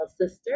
sister